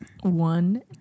one